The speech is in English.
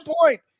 point